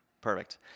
Perfect